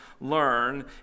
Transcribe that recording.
learn